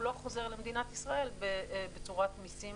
הוא לא חוזר למדינת ישראל בצורת מסים